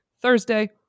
Thursday